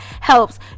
helps